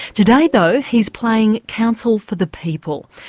today though he's playing counsel for the people,